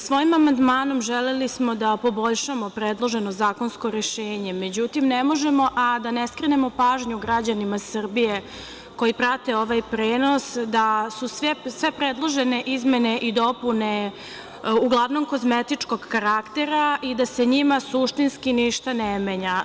Svojim amandmanima želeli smo da poboljšamo predloženo zakonsko rešenje, međutim ne možemo a da ne skrenemo pažnju građanima Srbije, koji prate ovaj prenos, da su sve predložene izmene i dopune uglavnom kozmetičkog karaktera i da se u njima suštinski ništa ne menja.